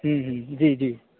हम्म हम्म जी जी